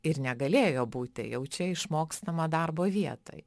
ir negalėjo būti jau čia išmokstama darbo vietoj